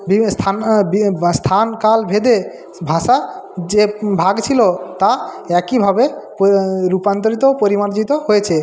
বিভি স্থান বি স্থান কাল ভেদে ভাষা যে ভাগ ছিলো তা একইভাবে প্র রূপান্তরিত পরিমার্জিত হয়েছে